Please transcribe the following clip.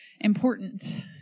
important